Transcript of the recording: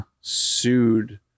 sued